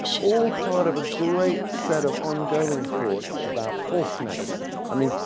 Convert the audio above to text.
all part of a great set of ongoing thoughts about false medicine. i mean,